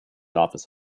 office